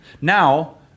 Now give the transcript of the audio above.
Now